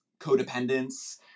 codependence